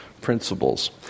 principles